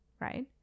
right